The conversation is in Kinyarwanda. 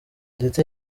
ndetse